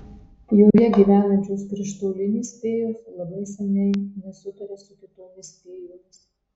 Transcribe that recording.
joje gyvenančios krištolinės fėjos labai seniai nesutaria su kitomis fėjomis